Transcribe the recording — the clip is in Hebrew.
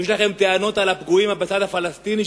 אם יש לכם טענות על הפגועים בצד הפלסטיני,